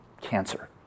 cancer